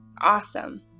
Awesome